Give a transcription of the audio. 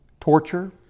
torture